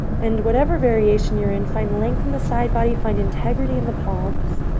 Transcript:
and whatever variation you're in, find length in the side body. find integrity in the palms.